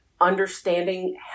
understanding